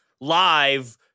live